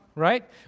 right